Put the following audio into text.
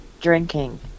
drinking